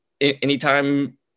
anytime